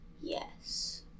Yes